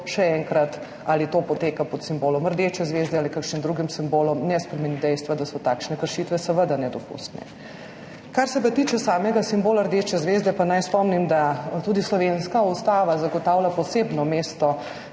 Še enkrat, ali to poteka pod simbolom rdeče zvezde ali kakšnim drugim simbolom, ne spremeni dejstva, da so takšne kršitve seveda nedopustne. Kar se tiče samega simbola rdeče zvezde, pa naj spomnim, da tudi slovenska ustava zagotavlja posebno mesto